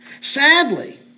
Sadly